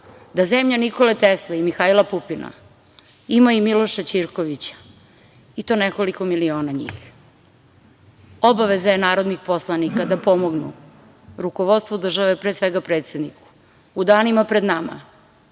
da zemlja Nikole Tesle i Mihajla Pupina ima i Miloša Ćirkovića, i to nekoliko miliona njih. Obaveza je narodnih poslanika da pomognu rukovodstvu države, pre svega predsedniku, u danima pred nama